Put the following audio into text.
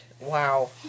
Wow